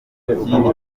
ikindi